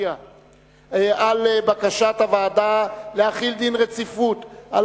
והבריאות על בקשת הוועדה להחיל דין רציפות על